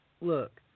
Look